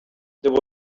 there